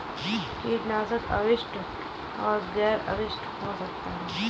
कीटनाशक अवशिष्ट और गैर अवशिष्ट हो सकते हैं